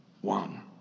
one